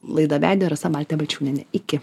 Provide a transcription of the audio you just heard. laidą vedė rasa baltė balčiūnienė iki